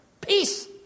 Peace